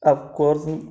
of course